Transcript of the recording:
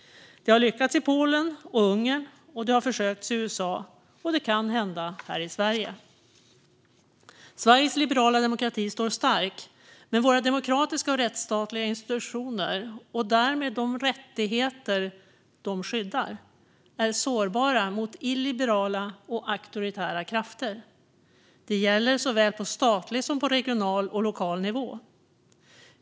Det har lyckats i Polen och Ungern, det har försökts i USA och det kan hända här i Sverige. Sveriges liberala demokrati står stark, men våra demokratiska och rättsstatliga institutioner, och därmed de rättigheter som de skyddar, är sårbara för illiberala och auktoritära krafter. Detta gäller såväl på statlig som på regional och lokal nivå.